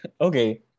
Okay